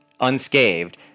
unscathed